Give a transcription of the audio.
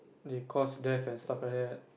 they cause death and stuff like that